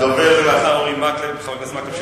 הדובר לאחר חבר הכנסת מקלב,